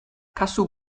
kasu